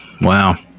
wow